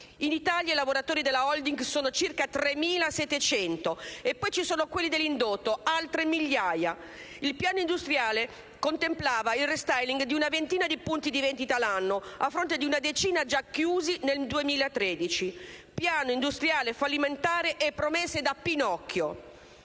In Italia i lavoratori della *holding* sono circa 3.700, e poi ci sono quelli dell'indotto: altre migliaia. Il piano industriale contemplava il *restyling* di una ventina di punti vendita l'anno, a fronte di una decina già chiusi nel 2013: un piano industriale fallimentare e promesse da Pinocchio!